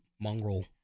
mongrel